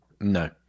No